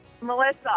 Melissa